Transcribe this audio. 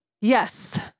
yes